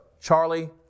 Charlie